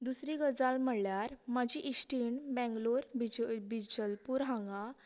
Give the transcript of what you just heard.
दुसरी गजाल म्हणल्यार म्हजी इश्टीण बॅंगलोर बि बिजलपूर हांगा